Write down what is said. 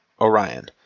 Orion